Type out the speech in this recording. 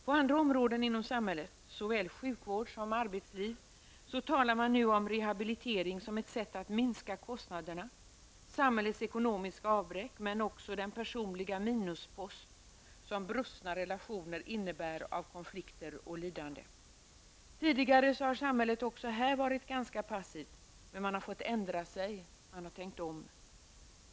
På andra områden inom samhället, såväl sjukvård som arbetsliv, talar man nu om rehabilitering som ett sätt att minska kostnaderna, samhällets ekonomiska avbräck, men också den personliga minuspost som brustna relationer innebär av konflikter och lidande. Tidigare har samhället också här varit ganska passivt, men man har fått ändra sig. Man har tänkt om.